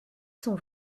sont